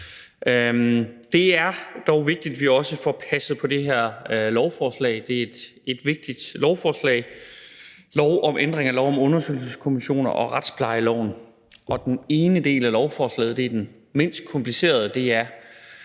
Det er dog vigtigt, at vi også får passet det her lovforslag. Det er et vigtigt lovforslag til lov om ændring af lov om undersøgelseskommissioner og retsplejeloven. Den ene del af lovforslaget er den mindst komplicerede, nemlig